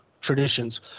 traditions